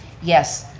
yes,